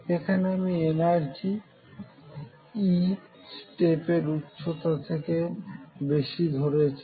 এখানে আমি energy E স্টেপের উচ্চতার থেকে বেশি ধরছি